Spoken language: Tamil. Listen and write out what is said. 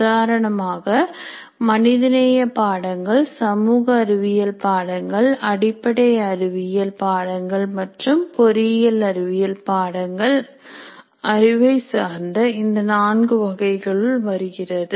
உதாரணமாக மனிதநேய பாடங்கள் சமூக அறிவியல் பாடங்கள் அடிப்படை அறிவியல் பாடங்கள் மற்றும் பொறியியல் அறிவியல் பாடங்கள் அறிவை சார்ந்த இந்த நான்கு வகைகளில் வருகிறது